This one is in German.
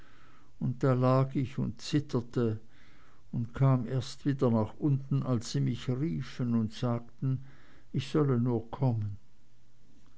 und da lag ich und zitterte und kam erst wieder nach unten als sie mich riefen und sagten ich solle nur kommen